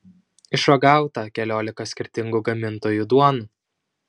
išragauta keliolika skirtingų gamintojų duonų